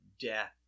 death